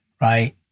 right